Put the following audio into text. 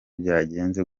byagenze